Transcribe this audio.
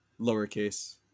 Lowercase